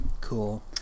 Cool